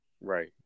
right